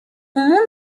عموم